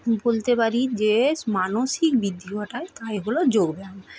বলতে পারি যে মানসিক বৃদ্ধি ঘটায় তাই হল যোগ ব্যায়াম